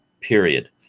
period